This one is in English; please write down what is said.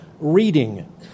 Reading